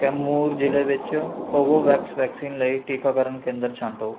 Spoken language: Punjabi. ਕੈਮੂਰ ਜ਼ਿਲ੍ਹੇ ਵਿੱਚ ਕੋਵੋਵੈਕਸ ਵੈਕਸੀਨ ਲਈ ਟੀਕਾਕਰਨ ਕੇਂਦਰ ਛਾਟੋਂ